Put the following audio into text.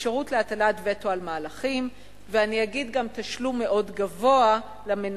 אפשרות להטלת וטו על מהלכים" ואני אגיד גם תשלום מאוד גבוה למנהלים,